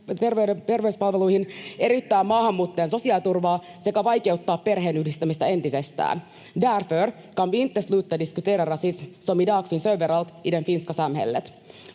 välihuuto] eriyttää maahanmuuttajien sosiaaliturvaa sekä vaikeuttaa perheenyhdistämistä entisestään. Därför kan vi inte sluta diskutera rasismen, som i dag finns överallt i det finska samhället.